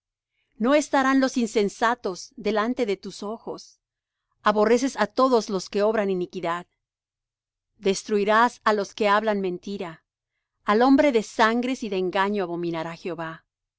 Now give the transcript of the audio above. no estarán los insensatos delante de tus ojos aborreces á todos los que obran iniquidad destruirás á los que hablan mentira al hombre de sangres y de engaño abominará jehová